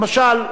למשל,